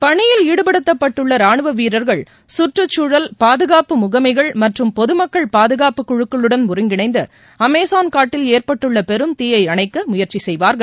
பணியில் ஈடுபடுத்தப்பட்டுள்ள ராணுவ வீரர்கள் சுற்றுச்சூழல் பாதுகாப்பு முகமைகள் மற்றும் பொதுமக்கள் பாதுகாப்பு குழுக்களுடன் ஒருங்கிணைந்து அமேசான் காட்டில் ஏற்பட்டுள்ள பெரும் தீயை அணைக்க முயற்சி செய்வார்கள்